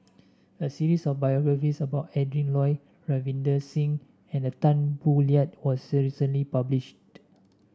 a series of biographies about Adrin Loi Ravinder Singh and Tan Boo Liat was recently published